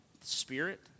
Spirit